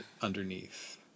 underneath